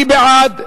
מי בעד?